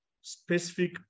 specific